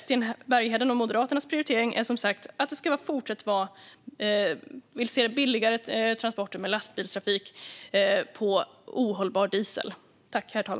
Sten Berghedens och Moderaternas prioritering är som sagt att de vill se billigare transporter med lastbilstrafik som kör på ohållbar diesel.